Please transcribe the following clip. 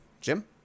Jim